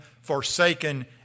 forsaken